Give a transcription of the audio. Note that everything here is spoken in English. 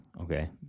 okay